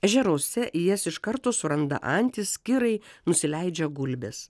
ežeruose į jas iš karto suranda antys kirai nusileidžia gulbės